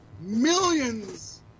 millions